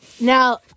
now